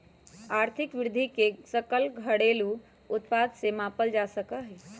आर्थिक वृद्धि के सकल घरेलू उत्पाद से मापल जा सका हई